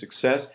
success